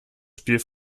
spiel